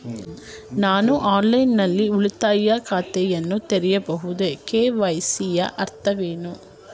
ನಾನು ಆನ್ಲೈನ್ ನಲ್ಲಿ ಉಳಿತಾಯ ಖಾತೆಯನ್ನು ತೆರೆಯಬಹುದೇ? ಕೆ.ವೈ.ಸಿ ಯ ಅರ್ಥವೇನು?